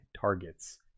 targets